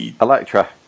Electra